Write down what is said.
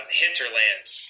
hinterlands